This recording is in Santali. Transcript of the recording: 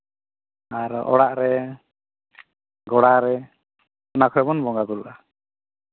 ᱟᱨᱚ ᱚᱲᱟᱜ ᱨᱮ ᱜᱳᱲᱟ ᱨᱮ ᱚᱱᱟ ᱠᱚᱨᱮ ᱵᱚᱱ ᱵᱚᱸᱜᱟᱼᱵᱩᱨᱩᱜᱼᱟ